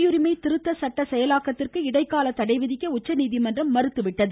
குடியுரிமை திருத்த சட்ட செயலாக்கத்திற்கு இடைக்கால தடைவிதிக்க உச்சநீதி மன்றம் மறுத்து விட்டது